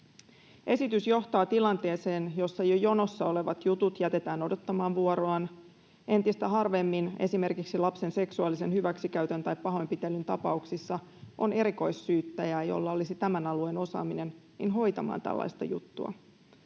Esitys johtaa tilanteeseen, jossa jo jonossa olevat jutut jätetään odottamaan vuoroaan. Entistä harvemmin esimerkiksi lapsen seksuaalisen hyväksikäytön tai pahoinpitelyn tapauksissa on erikoissyyttäjää, jolla olisi tämän alueen osaaminen, hoitamaan tällaista juttua.